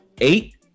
Eight